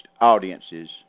audiences